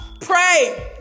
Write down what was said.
pray